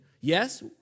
Yes